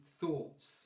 thoughts